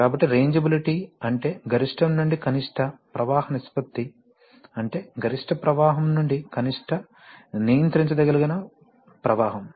కాబట్టి రేంజిబిలిటీ అంటే గరిష్టం నుండి కనిష్ట ప్రవాహ నిష్పత్తి అంటే గరిష్ట ప్రవాహం నుండి కనిష్ట నియంత్రించదగిన ప్రవాహం